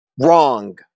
Wrong